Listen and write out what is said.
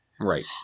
Right